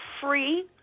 free